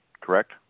correct